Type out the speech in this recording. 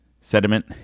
sediment